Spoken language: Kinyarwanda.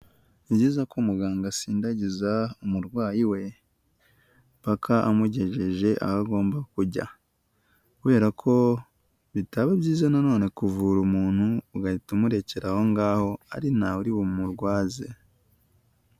Ni byiza ko umuganga asindagiza umurwayi we paka amugejeje aho agomba kujya, kubera ko bitaba byiza none kuvura umuntu ugahita umurekera aho ngaho ari nawe uri bumurwaze.